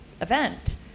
event